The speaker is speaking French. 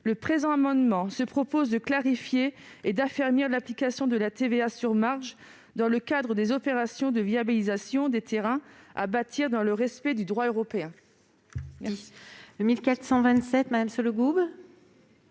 Cet amendement vise donc à clarifier et à affermir l'application de la TVA sur marge dans le cadre des opérations de viabilisation des terrains à bâtir, dans le respect du droit européen.